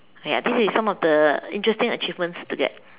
okay I think this is some of the interesting achievements to get